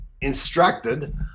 instructed